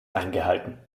eingehalten